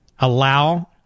allow